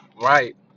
Right